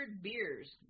Beers